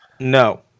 No